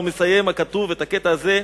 ומסיים הכתוב את הקטע הזה: